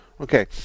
okay